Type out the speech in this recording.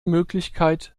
möglichkeit